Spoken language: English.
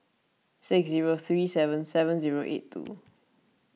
six zero three seven seven zero eight two